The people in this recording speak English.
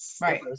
Right